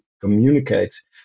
communicate